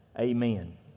amen